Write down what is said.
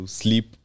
sleep